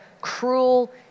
cruel